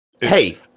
Hey